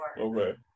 Okay